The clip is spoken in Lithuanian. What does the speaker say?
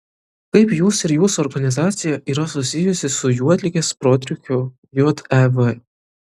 kaip jūs ir jūsų organizacija yra susijusi su juodligės protrūkiu jav